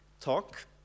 talk